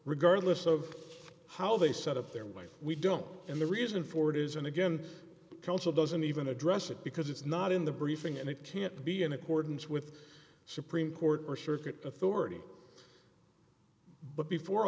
regardless of how they set up their way we don't and the reason for it is and again culture doesn't even address it because it's not in the briefing and it can't be in accordance with supreme court or circuit authority but before